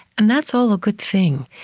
and that's all a good thing.